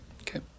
Okay